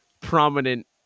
prominent